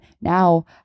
now